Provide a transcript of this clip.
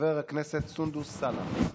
חבר הכנסת סונדוס סאלח.